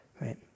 right